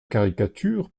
caricatures